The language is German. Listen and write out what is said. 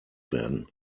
werden